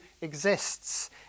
exists